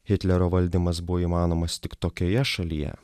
hitlerio valdymas buvo įmanomas tik tokioje šalyje